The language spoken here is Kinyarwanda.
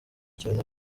cyane